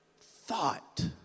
thought